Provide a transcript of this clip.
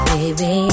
Baby